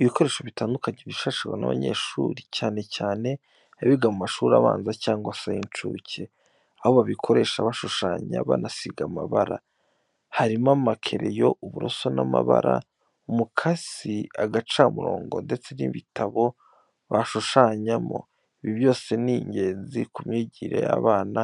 Ibikoresho bitandukanye byifashishwa n'abanyeshuri, cyane cyane abiga mu mashuri abanza cyangwa se ay'incuke, aho babikoresha bashushanya banasiga amabara. Harimo amakereyo, uburoso n'amabara, umukasi, agacamurongo ndetse n'ibitabo bashushanyamo. Ibi byose ni ingenzi mu myigire y'abana